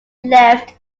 left